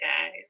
guys